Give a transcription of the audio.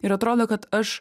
ir atrodo kad aš